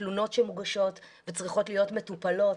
תלונות שמוגשות וצריכות להיות מטופלות,